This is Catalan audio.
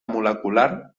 molecular